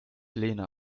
lena